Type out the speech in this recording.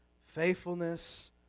faithfulness